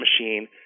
machine